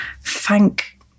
thank